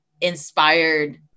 inspired